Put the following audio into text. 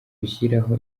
gushyiraho